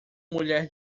mulher